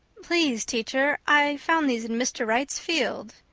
please, teacher, i found these in mr. wright's field,